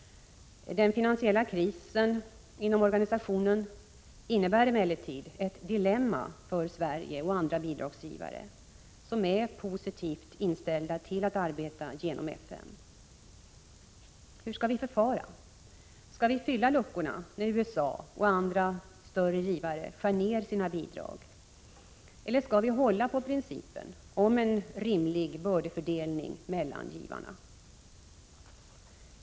Den finansiella krisen inom organisationen innebär emellertid ett dilemma för Sverige och andra bidragsgivare, som är positivt inställda till att arbeta genom FN. Hur skall vi förfara? Skall vi fylla luckorna när USA och andra större givare skär ned sina bidrag? Eller skall vi hålla på principen om en rimlig bördefördelning mellan givarna?